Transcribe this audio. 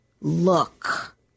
look